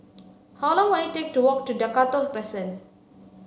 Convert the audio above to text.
how long will it take to walk to Dakota Crescent